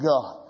God